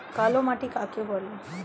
কালোমাটি কাকে বলে?